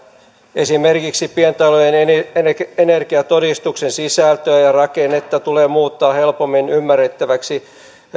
esimerkiksi pientalojen energiatodistuksen sisältöä ja rakennetta tulee muuttaa helpommin ymmärrettäväksi